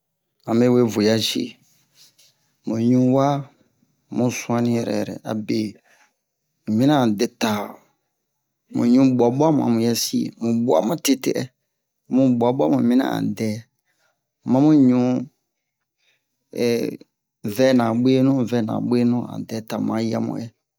ho mazin nɛ ɓa ro grille-pain bon mu ho furu pɛrɛsike o yiro oma dɛ mu mu ŋian ere mu ŋian ho fonctionnement ere so mi abe ho tujur han furu-ra ma han grille-pain tuwa mibin han grille-pain tuwa han'a elɛtrik an tuwa yan mibin a ho dan we nɛ a ho marcher danre ou bien charbon donc mu dan a o mu yi bo ayo bemu ho grillage wa oyi bomu grillage wa o a bu'a bu'o donc quelques minutes apres to o ma'o ɲianna